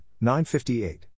958